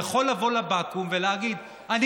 הוא יכול לבוא לבקו"ם ולהגיד: אני,